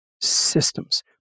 systems